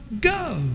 go